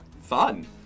Fun